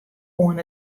oan